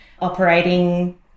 operating